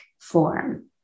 form